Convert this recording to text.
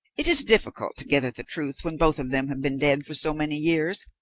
it is difficult to get at the truth when both of them have been dead for so many years,